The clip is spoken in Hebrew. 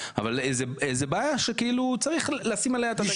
אבל איזה בעיה שצריך לשים עליה את הדגש.